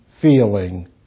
feeling